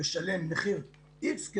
לשלם מחיר איקס,